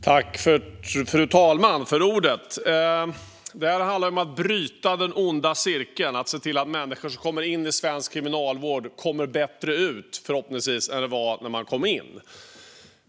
Fru talman! Detta handlar om att bryta den onda cirkeln och se till att människor som kommer in i svensk kriminalvård förhoppningsvis kommer ut som bättre människor än de var när de kom in.